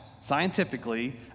scientifically